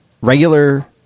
regular